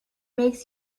makes